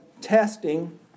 testing